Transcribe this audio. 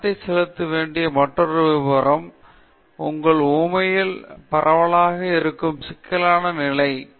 கவனத்தை செலுத்த வேண்டிய மற்றொரு விவரம் உங்கள் உவமையில் பரவலாக இருக்கும் சிக்கலான நிலை